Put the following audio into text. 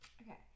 Okay